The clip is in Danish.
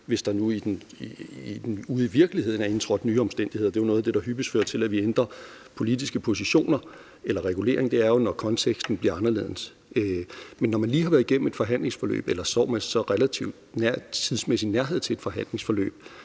hvis der nu ude i virkeligheden er indtrådt nye omstændigheder. Det er jo noget af det, der hyppigst fører til, at vi ændrer politiske positioner eller regulering, altså når konteksten bliver anderledes. Men når man lige har været igennem et forhandlingsforløb eller står med en så tidsmæssig nærhed til et forhandlingsforløb,